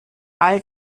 all